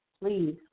please